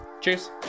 Cheers